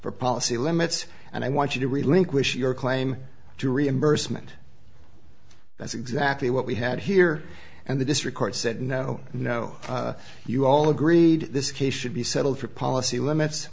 for policy limits and i want you to relinquish your claim to reimbursement that's exactly what we had here and the district court said no no you all agreed this case should be settled for policy